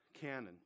canon